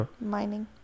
Mining